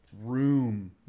room